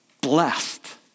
blessed